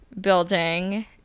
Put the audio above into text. building